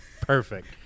perfect